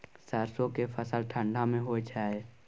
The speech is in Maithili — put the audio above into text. सरसो के फसल ठंडा मे होय छै?